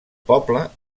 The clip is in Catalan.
poble